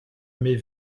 mes